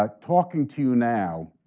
um talking to you now,